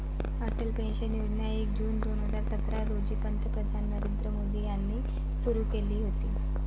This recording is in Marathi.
अटल पेन्शन योजना एक जून दोन हजार सतरा रोजी पंतप्रधान नरेंद्र मोदी यांनी सुरू केली होती